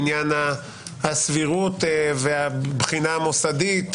לעניין הסבירות והבחינה המוסדית,